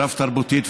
רב-תרבותית,